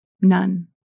None